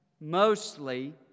mostly